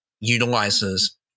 utilizes